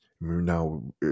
Now